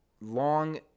long